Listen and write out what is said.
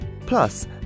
Plus